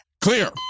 Clear